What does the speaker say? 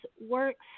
works